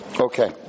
Okay